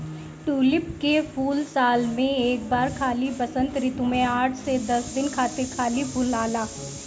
tulip के फूल साल में एक बार खाली वसंत ऋतू में आठ से दस दिन खातिर खाली फुलाला